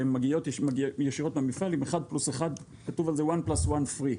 שמגיעות ישירות מהמפעל עם 1+1 כתוב על זה 1+1 free.